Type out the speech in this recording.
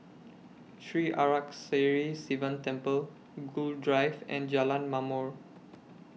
Sri Arasakesari Sivan Temple Gul Drive and Jalan Ma'mor